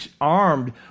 armed